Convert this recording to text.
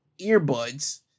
earbuds